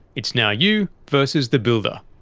it's now you versus the builder.